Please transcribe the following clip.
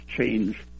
change